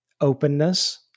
openness